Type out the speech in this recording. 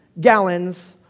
gallons